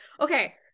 okay